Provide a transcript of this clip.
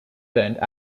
burnt